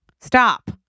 Stop